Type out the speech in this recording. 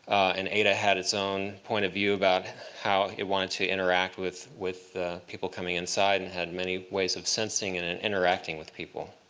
and ada had its own point of view about how it wanted to interact with with people coming inside and had many ways of sensing and and interacting with people.